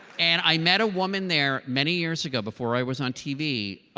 and i met a woman there many years ago, before i was on tv,